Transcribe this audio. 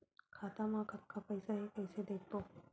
खाता मा कतका पईसा हे कइसे देखबो?